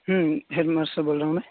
ہوں head master بول رہا ہوں میں